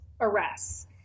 arrests